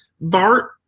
Bart